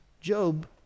Job